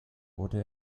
wurde